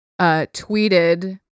tweeted